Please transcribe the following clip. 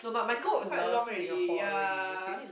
stay here for quite long ready ya